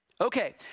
Okay